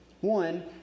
One